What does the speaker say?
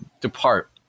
depart